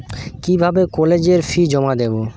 কিভাবে কলেজের ফি জমা দেবো?